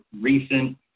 recent